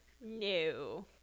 no